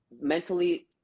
mentally